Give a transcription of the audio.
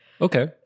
okay